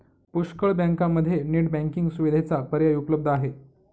पुष्कळ बँकांमध्ये net banking सुविधेचा पर्याय उपलब्ध आहे